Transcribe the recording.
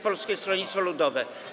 Polskie Stronnictwo Ludowe.